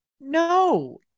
no